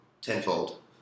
tenfold